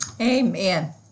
Amen